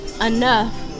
enough